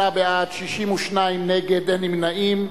38 בעד, 62 נגד, אין נמנעים.